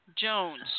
Jones